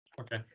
Okay